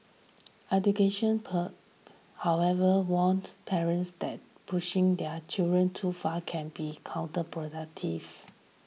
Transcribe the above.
education experts however warn parents that pushing their children too far can be counterproductive